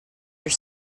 are